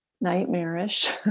nightmarish